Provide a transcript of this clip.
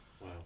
Wow